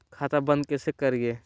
खाता बंद कैसे करिए?